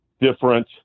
different